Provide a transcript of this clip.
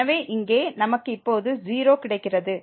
எனவே இங்கே நமக்கு இப்போது 0 கிடைக்கிறது